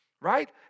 right